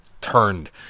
turned